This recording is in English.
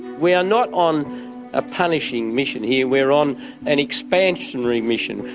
we are not on a punishing mission here, we're on an expansionary mission.